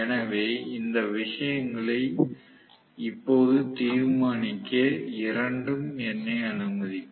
எனவே இந்த விஷயங்களை இப்போது தீர்மானிக்க இரண்டும் என்னை அனுமதிக்கும்